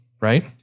Right